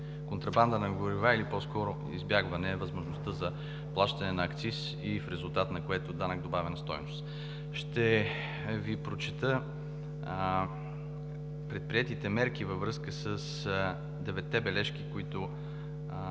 контрабанда на горива или по-скоро избягване възможността за плащане на акциз, в резултат на което и на ДДС. Ще Ви прочета предприетите мерки във връзка с деветте бележки, които